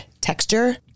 texture